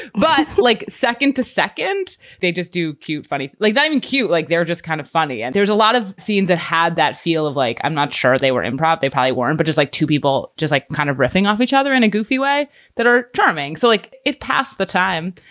but like, second to second, they just do cute. funny, like diving cute. like they're just kind of funny. and there's a lot of scene that had that feel of like i'm not sure they were improper. they probably weren't. but just like two people, just like kind of riffing off each other in a goofy way that are charming. so, like, it pass the time,